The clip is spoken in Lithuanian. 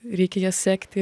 reikia jas sekti